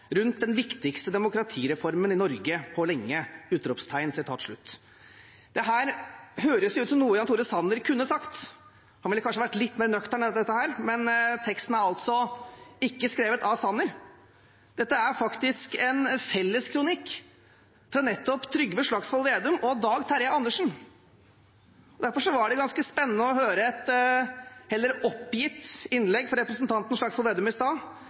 rundt den viktigste demokratireformen i Norge på lenge!» Dette høres ut som noe Jan Tore Sanner kunne sagt. Han ville kanskje vært litt mer nøktern enn dette, men teksten er ikke skrevet av Sanner. Dette er faktisk en felleskronikk av Trygve Slagsvold Vedum og Dag Terje Andersen. Derfor var det ganske spennende å høre et heller oppgitt innlegg fra representanten Slagsvold Vedum i stad.